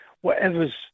whatever's